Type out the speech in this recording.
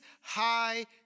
high